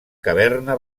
caverna